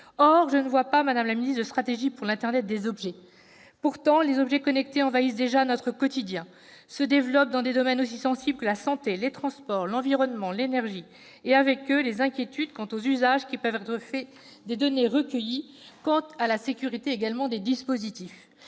je ne vois pas de stratégie pour l'internet des objets. Pourtant, les objets connectés envahissent déjà notre quotidien, se développent dans des domaines aussi sensibles que la santé, les transports, l'environnement, l'énergie ; avec eux grandissent les inquiétudes quant aux usages qui peuvent être faits des données recueillies et quant à la sécurité des dispositifs.